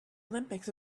olympics